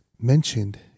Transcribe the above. mentioned